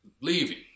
leaving